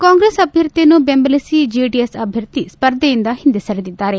ಕಾಂಗ್ರೆಸ್ ಅಭ್ಲರ್ಥಿಯನ್ನು ದೆಂಬಲಿಸಿ ದೆಡಿಎಸ್ ಅಭ್ಲರ್ಥಿ ಸ್ಪರ್ಧೆಯಿಂದ ಹಿಂದೆ ಸರಿದಿದ್ದಾರೆ